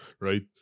Right